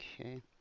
Okay